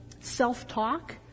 self-talk